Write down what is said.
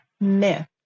myth